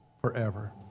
forever